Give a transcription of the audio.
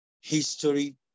history